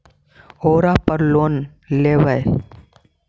ओरापर लोन लेवै?